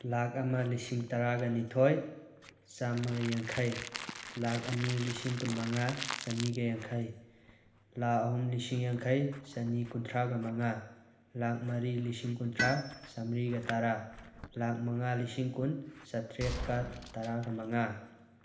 ꯂꯥꯛ ꯑꯃ ꯂꯤꯁꯤꯡ ꯇꯔꯥꯒ ꯅꯤꯊꯣꯏ ꯆꯥꯝꯃꯒ ꯌꯥꯡꯈꯩ ꯂꯥꯛ ꯑꯅꯤ ꯂꯤꯁꯤꯡ ꯀꯨꯟ ꯃꯉꯥ ꯆꯅꯤꯒ ꯌꯥꯡꯈꯩ ꯂꯥꯛ ꯑꯍꯨꯝ ꯂꯤꯁꯤꯡ ꯌꯥꯡꯈꯩ ꯆꯅꯤ ꯀꯨꯟꯊ꯭ꯔꯥꯒ ꯃꯉꯥ ꯂꯥꯛ ꯃꯔꯤ ꯂꯤꯁꯤꯡ ꯀꯨꯟꯊ꯭ꯔꯥ ꯆꯥꯝꯔꯤꯒ ꯇꯔꯥ ꯂꯥꯛ ꯃꯉꯥ ꯂꯤꯁꯤꯡ ꯀꯨꯟ ꯆꯇ꯭ꯔꯦꯠꯀ ꯇꯔꯥꯒ ꯃꯉꯥ